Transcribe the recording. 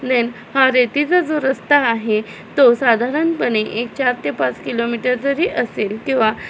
then हा रेतीचा जो रस्ता आहे तो साधारणपणे एक चार ते पाच किलोमीटर जरी असेल किंवा